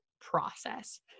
process